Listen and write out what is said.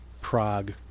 Prague